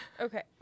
Okay